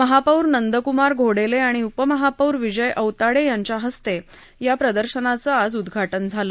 महापौर नंदकुमार घोडेले आणि उप महापौर विजय औताडे यांच्या हस्ते या प्रदर्शनाचं आज उदघाटन झालं